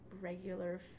regular